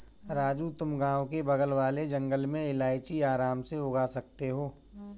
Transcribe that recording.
राजू तुम गांव के बगल वाले जंगल में इलायची आराम से उगा सकते हो